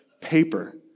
Paper